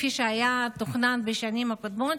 כפי שתוכנן בשנים הקודמות,